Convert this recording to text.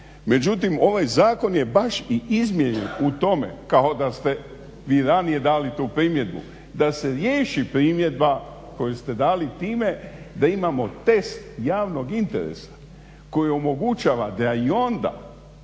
Međutim ovaj zakon je baš i izmijenjen u tome kao da ste vi ranije dali tu primjedbu da se riješi primjedba koju ste dali time da imamo test javnog interesa koji omogućava da i onda